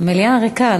המליאה ריקה,